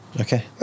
Okay